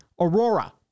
Aurora